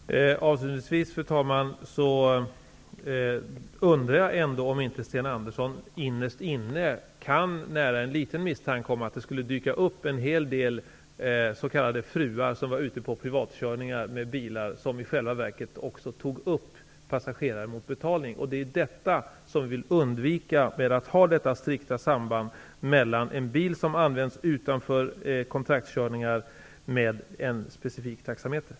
Fru talman! Avslutningsvis undrar jag ändå om inte Sten Andersson i Malmö innerst inne kan nära en liten misstanke om att det skulle dyka upp en hel del s.k. fruar som är ute på privatkörningar med bilar, som i själva verket också tar upp passagerare mot betalning. Det är ju detta som vi vill undvika genom att ha detta strikta samband mellan en bil som används utanför kontraktskörningar och en specifik taxameter.